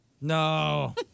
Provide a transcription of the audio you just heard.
No